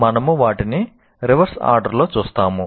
మనము వాటిని రివర్స్ ఆర్డర్లో చూస్తాము